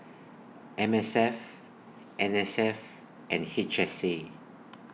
M S F N S F and H S A